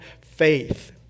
faith